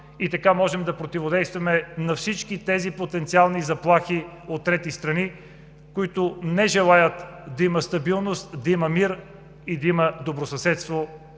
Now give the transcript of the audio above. Така можем да противодействаме на всички потенциални заплахи от трети страни, които не желаят да има стабилност, да има мир, да има добросъседство